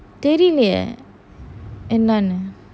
தேரிலேயே என்னனு:terilayae ennanu